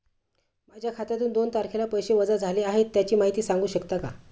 माझ्या खात्यातून दोन तारखेला पैसे वजा झाले आहेत त्याची माहिती सांगू शकता का?